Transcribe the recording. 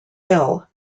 ville